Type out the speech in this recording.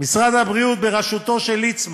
משרד הבריאות בראשותו של ליצמן,